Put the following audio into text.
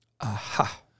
Aha